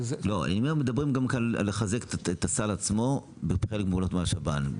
מדברים כאן גם לחזק את הסל עצמו בחלק מהפעולות של השב"ן.